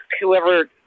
whoever